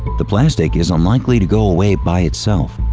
the plastic is unlikely to go away by itself.